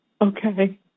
okay